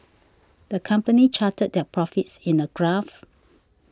the company charted their profits in a graph